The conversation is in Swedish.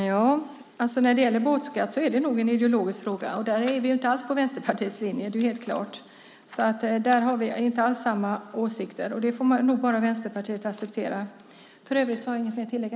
Fru talman! Båtskatt är nog en ideologisk fråga. Där är vi helt klart inte alls på Vänsterpartiets linje. Där har vi inte alls samma åsikter. Det får nog Vänsterpartiet bara acceptera. I övrigt har jag inget att tillägga.